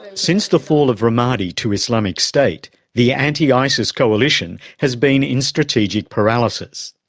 since the fall of ramadi to islamic state, the anti isis coalition has been in strategic paralysis.